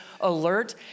alert